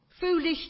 foolish